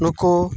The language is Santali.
ᱱᱩᱠᱩ